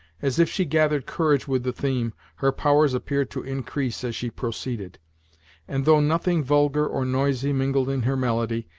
as if she gathered courage with the theme, her powers appeared to increase as she proceeded and though nothing vulgar or noisy mingled in her melody,